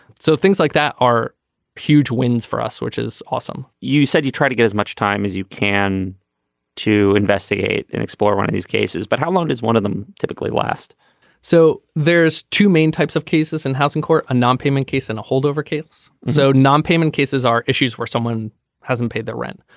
so things like that are huge wins for us which is awesome you said you try to get as much time as you can to investigate and explore one of these cases. but how long does one of them typically last so there's two main types of cases in housing court. a non-payment case and a holdover case so non-payment cases are issues where someone hasn't paid their rent.